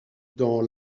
dans